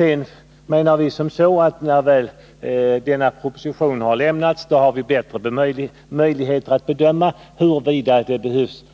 Vi menar att när skördeskadepropositionen väl har lämnats så har vi bättre möjligheter att bedöma huruvida det